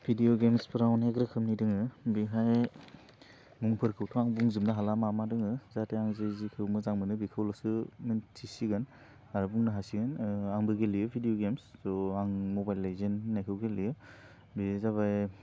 भिदिअ गेमसफोरा अनेक रोखोमनि दोङो बिहाय मुंफोरखौ आं बुंजोबनो हाला मा मा दोङो जाहाथे आं जि जिखौ मोजां मोनो बिखौल'सो मोनथिसिगोन आरो बुंनो हासिगोन आंबो गेलेयो भिदिअ गेमस थह आं मबाइल लेजेन्द होननायखौ गेलेयो बेयो जाबाय